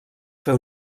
fer